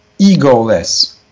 egoless